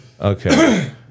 Okay